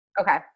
Okay